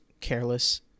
careless